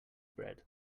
bread